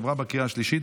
עברה בקריאה השלישית,